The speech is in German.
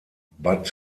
bad